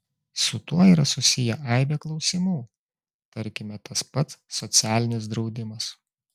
su tuo yra susiję aibė klausimų tarkime tas pats socialinis draudimas